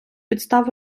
підстав